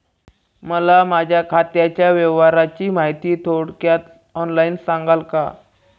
मला माझ्या खात्याच्या व्यवहाराची माहिती थोडक्यात ऑनलाईन सांगाल का?